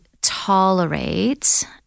tolerate